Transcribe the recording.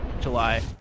July